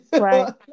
Right